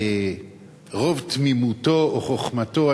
ברוב תמימותו או חוכמתו,